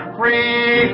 free